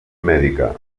mèdica